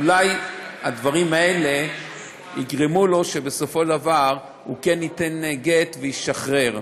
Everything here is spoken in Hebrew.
אולי הדברים האלה יגרמו לכך שבסופו של דבר הוא כן ייתן גט וישחרר.